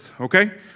okay